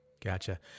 gotcha